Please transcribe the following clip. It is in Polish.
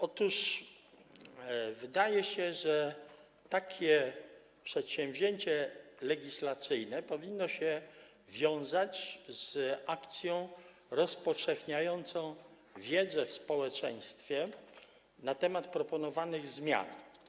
Otóż wydaje się, że takie przedsięwzięcie legislacyjne powinno wiązać się z akcją rozpowszechniającą wiedzę w społeczeństwie na temat proponowanych zmian.